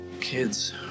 kids